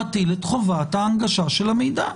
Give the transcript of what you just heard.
הוא מטיל את חובת ההנגשה של המידע.